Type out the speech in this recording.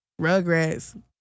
Rugrats